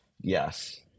Yes